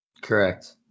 Correct